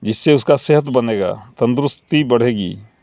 جس سے اس کا صحت بنے گا تندرستی بڑھے گی